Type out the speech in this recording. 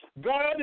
God